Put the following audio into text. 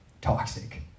toxic